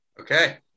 Okay